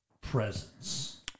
presence